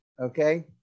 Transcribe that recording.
okay